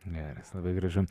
geras labai gražu